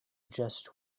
just